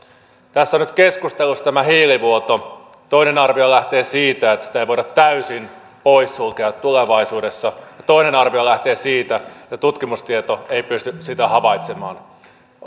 tässä on nyt keskustelussa tämä hiilivuoto toinen arvio lähtee siitä että sitä ei voida täysin poissulkea tulevaisuudessa ja toinen arvio lähtee siitä että tutkimustieto ei pysty sitä havaitsemaan